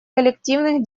коллективных